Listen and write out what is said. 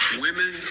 Women